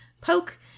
poke